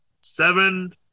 seven